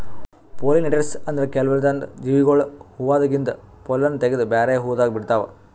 pollinators ಅಂದ್ರ ಕೆಲ್ವನ್ದ್ ಜೀವಿಗೊಳ್ ಹೂವಾದಾಗಿಂದ್ ಪೊಲ್ಲನ್ ತಗದು ಬ್ಯಾರೆ ಹೂವಾದಾಗ ಬಿಡ್ತಾವ್